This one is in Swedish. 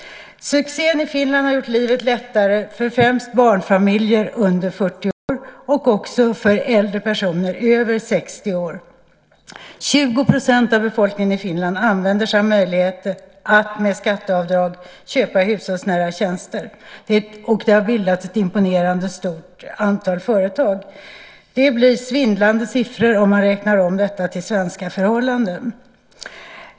Succén i Finland har gjort livet lättare för främst barnfamiljer under 40 år och även för äldre personer, över 60 år. 20 % av befolkningen i Finland använder sig av möjligheten att med skatteavdrag köpa hushållsnära tjänster. Det har bildats ett imponerande stort antal företag. Det blir svindlande siffror om man räknar om detta till svenska förhållanden.